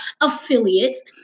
affiliates